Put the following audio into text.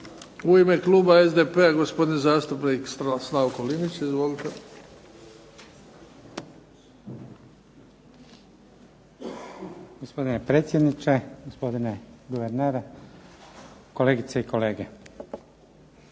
U ime kluba SDP-a gospodin zastupnik Slavko Linić. Izvolite. **Linić, Slavko (SDP)** Gospodine predsjedniče, gospodine guverneru, kolegice i kolege.